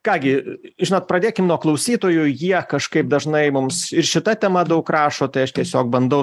ką gi žinot pradėkim nuo klausytojų jie kažkaip dažnai mums ir šita tema daug rašo tai aš tiesiog bandau